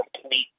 complete